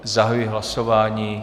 Zahajuji hlasování.